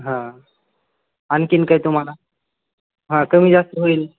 हां आणखी काय तुम्हाला हां कमी जास्त होईल